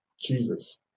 Jesus